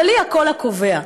אבל היא הקול הקובע.